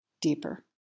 deeper